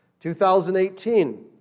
2018